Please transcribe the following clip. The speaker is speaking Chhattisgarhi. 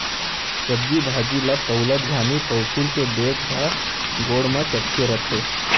सब्जी भाजी ल पउलत घानी पउंसुल के बेंट ह गोड़ म चटके रथे